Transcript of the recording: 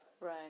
Right